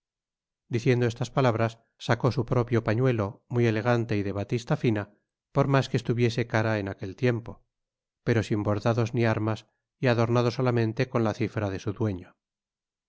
diciendo estas palabras sacó su propio pañuelo muy elegante y de batista fina por mas que estuviere cara en aquel tiempo pero sin bordados ni armas y adornado solamente con la cifra de su dueño